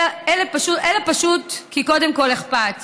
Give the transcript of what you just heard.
אלא פשוט כי קודם כול אכפת.